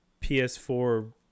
PS4